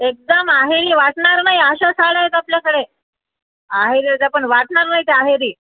एकदम अहेरी वाटनार नाही अशा साड्या आहेत आपल्याकडे अहेर देता पण वाटणार नाहीत्या आअरी